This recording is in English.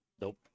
Nope